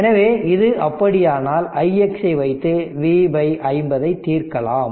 எனவே இது அப்படியானால் ix ஐ வைத்து V 50 தீர்க்கலாம்